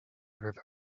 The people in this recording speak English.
river